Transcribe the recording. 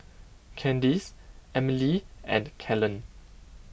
Candyce Emelie and Kellen